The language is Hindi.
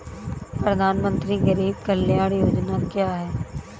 प्रधानमंत्री गरीब कल्याण योजना क्या है?